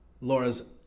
Laura's